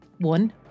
one